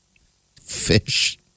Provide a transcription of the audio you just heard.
fish